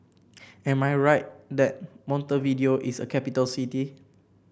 am I right that Montevideo is a capital city